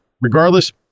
regardless